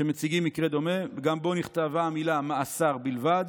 שמציג מקרה דומה וגם בו נכתב המילה "מאסר" בלבד